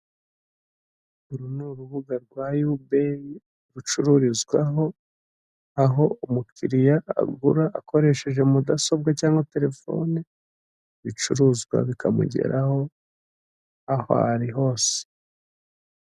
Uru ni urubuga rwa yubeyi rucururizwaho, aho umukiriya agura akoresheje mudasobwa cyangwa telefone, ibicuruzwa bikamugeraho, aho ari hose.